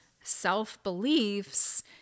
self-beliefs